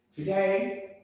Today